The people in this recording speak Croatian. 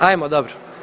Hajmo, dobro.